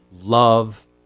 love